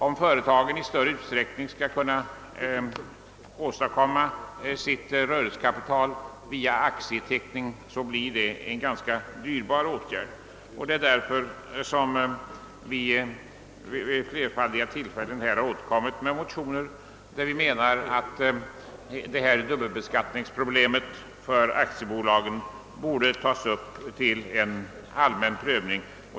Om företagen i större utsträckning vill skaffa sig sitt rörelsekapital via aktieteckning, blir detta en ganska dyrbar åtgärd. Det är därför vi vid flerfaldiga tillfällen väckt motioner, i vilka vi hemställt att aktiebolagens dubbelbeskattningsproblem skall tas upp till en allmän prövning.